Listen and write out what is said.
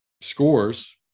scores